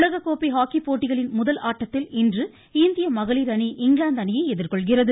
உலக கோப்பை ஹாக்கி போட்டிகளின் முதல் ஆட்டத்தில் இந்திய மகளிர் அணி இங்கிலாந்து அணியை எதிர்கொள்கிறது